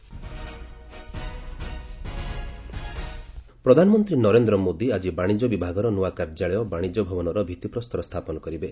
PM ବାଣିଜ୍ୟ ପ୍ରଧାନମନ୍ତ୍ରୀ ନରେନ୍ଦ୍ର ମୋଦି ଆଜି ବାଶିଜ୍ୟ ବିଭାଗର ନୂଆ କାର୍ଯ୍ୟାଳୟ ବାଶିଜ୍ୟ ଭବନର ଭିତ୍ତିପ୍ରସ୍ତର ସ୍ଥାପନ କରିବେ